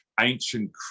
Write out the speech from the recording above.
ancient